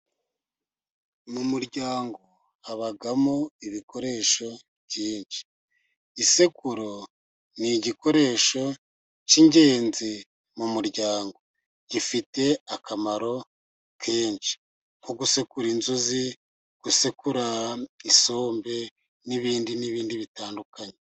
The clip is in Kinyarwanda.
Mu muryango habamo ibikoresho byinshi, isekuru ni igikoresho cy'ingenzi mu muryango, gifite akamaro kenshi nko gusekura inzuzi, gusekura isombe, n'ibindi n'ibindi bitandukanye.